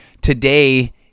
Today